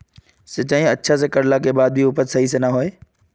सिंचाई अच्छा से कर ला के बाद में भी उपज सही से ना होय?